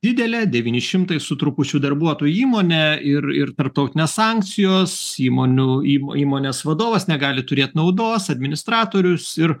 didelė devyni šimtai su trupučiu darbuotojų įmonė ir ir tarptautinės sankcijos įmonių į įmonės vadovas negali turėt naudos administratorius ir